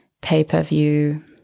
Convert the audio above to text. pay-per-view